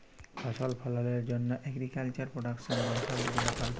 ফসল ফললের জন্হ এগ্রিকালচার প্রডাক্টসের বংশালু গুলা পাল্টাই